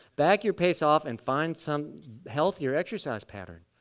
back your pace off and find some healthier exercise pattern.